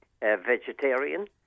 vegetarian